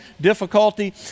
difficulty